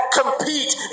compete